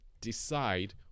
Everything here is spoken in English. decide